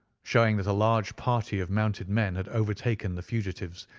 showing that a large party of mounted men had overtaken the fugitives,